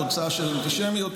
תוצאה של אנטישמיות,